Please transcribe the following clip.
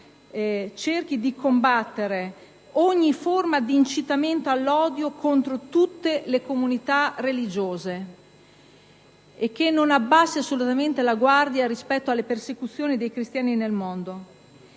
cerchi di combattere ogni forma di incitamento all'odio contro tutte le comunità religiose e non abbassi assolutamente la guardia rispetto alla persecuzione dei cristiani nel mondo.